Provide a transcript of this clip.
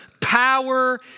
power